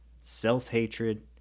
Self-hatred